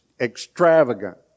extravagant